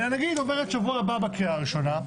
אלא נגיד עוברת שבוע הבא בקריאה הראשונה,